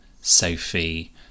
Sophie